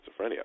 schizophrenia